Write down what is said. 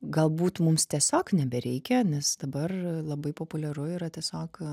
galbūt mums tiesiog nebereikia nes dabar labai populiaru yra tiesiog